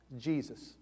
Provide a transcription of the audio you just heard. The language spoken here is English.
Jesus